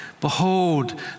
behold